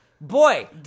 Boy